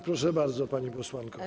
Proszę bardzo, pani posłanko.